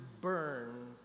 burn